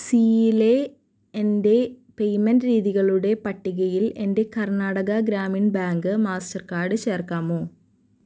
സീയിലെ എൻ്റെ പേയ്മെന്റ് രീതികളുടെ പട്ടികയിൽ എൻ്റെ കർണാടക ഗ്രാമീൺ ബാങ്ക് മാസ്റ്റർകാർഡ് ചേർക്കാമോ